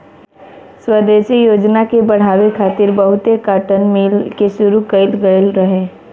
स्वदेशी योजना के बढ़ावे खातिर बहुते काटन मिल के शुरू कइल गइल रहे